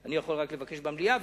שאני יכול לבקש רק דיון במליאה,